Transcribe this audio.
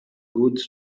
goods